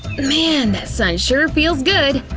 man, that sun sure feels good.